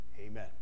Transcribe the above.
amen